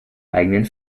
eigenen